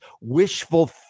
wishful